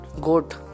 Good